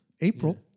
April